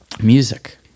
music